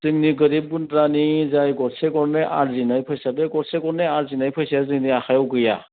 जोंनि गोरिब गुन्द्रानि जाय गरसे गरनै आर्जिनाय फैसा बे गरसे गरनै आर्जिनाय फैसाया जोंनि आखाइआव गैया